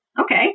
Okay